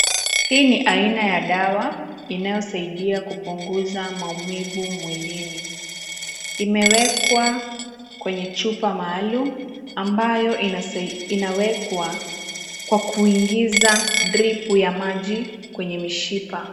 Hii ni aina ya dawa inayosaidia kupunguza maumivu mwilini. Imewekwa kwenye chupa maalum ambayo inawekwa kwa kuingiza drip ya maji kwenye mishipa.